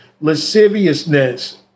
lasciviousness